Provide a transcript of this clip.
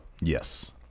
Yes